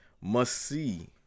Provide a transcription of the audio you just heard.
must-see